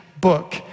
book